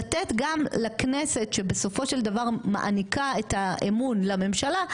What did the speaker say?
לתת גם לכנסת שבסופו של דבר מעניקה את האמון לממשלה,